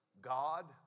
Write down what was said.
God